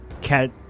cat